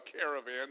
caravan